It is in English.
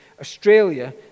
Australia